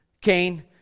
Cain